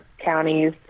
counties